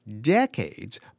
decades